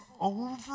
over